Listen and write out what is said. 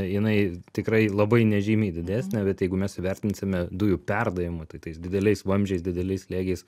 jinai tikrai labai nežymiai didesnė bet jeigu mes įvertinsime dujų perdavimo tais dideliais vamzdžiais dideliais slėgiais